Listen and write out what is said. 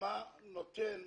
מה נותן,